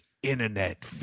internet